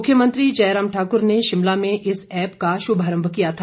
मुख्यमंत्री जयराम ठाकुर ने शिमला में इस ऐप्प का शुभारम्भ किया था